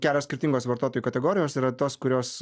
kelios skirtingos vartotojų kategorijos yra tos kurios